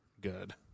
good